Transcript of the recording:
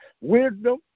wisdom